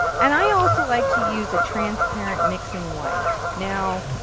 and i also like to use a transparent mxing white. now,